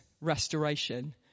restoration